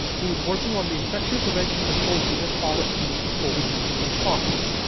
who's working on the infection prevention control team as part of cdc's covid nineteen response,